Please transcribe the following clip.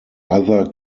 other